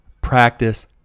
Practice